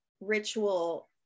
ritual